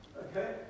Okay